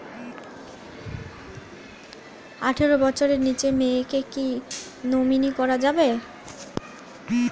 আঠারো বছরের নিচে মেয়েকে কী নমিনি করা যাবে?